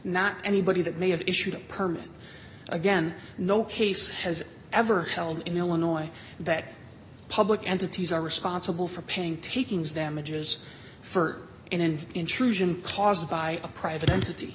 not anybody that may have issued a permit again no case has ever held in illinois that public entities are responsible for paying takings damages for in an intrusion caused by a private entity